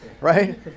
right